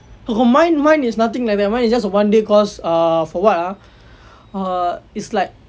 !oho! mine mine is nothing like that mine is just a one day course err for what ah err is like